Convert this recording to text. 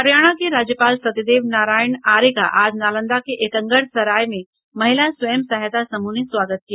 हरियाणा के राज्यपाल सत्यदेव नारायण आर्य का आज नालंदा के एकंगरसराय में महिला स्वयं सहायता समूह ने स्वागत किया